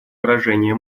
выражения